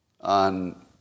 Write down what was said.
on